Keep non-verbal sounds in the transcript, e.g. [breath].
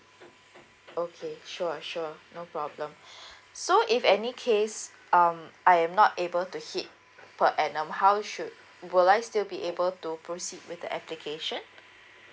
okay sure sure no problem [breath] so if any case um I'm not able to hit per annum how should will I still be able to proceed with the application